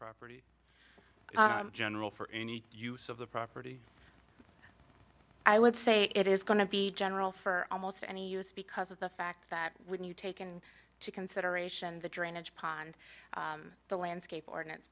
property general for any use of the property i would say it is going to be general for almost any use because of the fact that when you take in to consideration the drainage pond the landscape ordinance